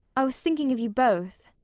i was thinking of you both.